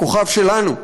בכוכב שלנו.